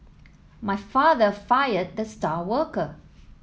my father fired the star worker